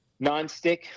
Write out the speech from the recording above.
Nonstick